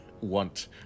want